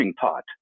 pot